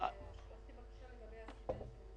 ה-19 באפריל 2020, כ"ה בניסן תש"ף.